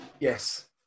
Yes